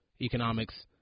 economics